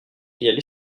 aller